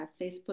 Facebook